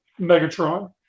megatron